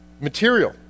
material